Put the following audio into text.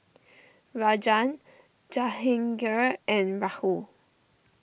Rajan Jahangir and Rahul